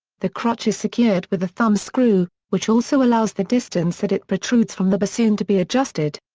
the crutch is secured with a thumb screw, which also allows the distance that it protrudes from the bassoon to be adjusted.